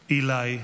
איליי,